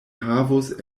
havus